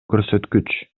көрсөткүч